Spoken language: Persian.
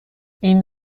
این